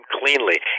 cleanly